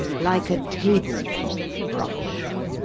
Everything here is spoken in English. like a table-cloth brush.